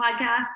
Podcast